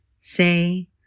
Say